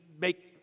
make